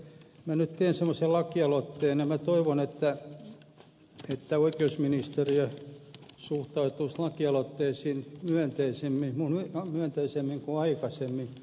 minä nyt teen semmoisen lakialoitteen ja minä toivon että oikeusministeriö suhtautuisi lakialoitteisiin myönteisemmin kuin aikaisemmin